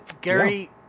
Gary